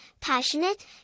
passionate